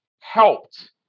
helped